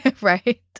Right